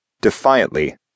Defiantly